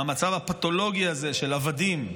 מהמצב הפתולוגי הזה של עבדים,